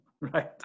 right